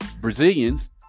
Brazilians